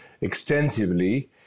extensively